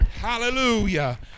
Hallelujah